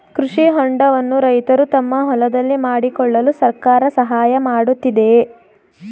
ಕೃಷಿ ಹೊಂಡವನ್ನು ರೈತರು ತಮ್ಮ ಹೊಲದಲ್ಲಿ ಮಾಡಿಕೊಳ್ಳಲು ಸರ್ಕಾರ ಸಹಾಯ ಮಾಡುತ್ತಿದೆಯೇ?